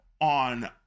on